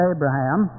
Abraham